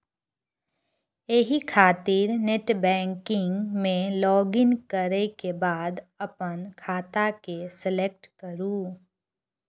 एहि खातिर नेटबैंकिग मे लॉगइन करै के बाद अपन खाता के सेलेक्ट करू